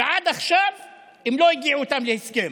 ועד עכשיו הם לא הגיעו איתם להסכם.